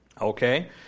Okay